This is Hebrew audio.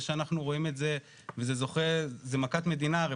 זה שאנחנו רואים את זה וזה מכת מדינה הרי,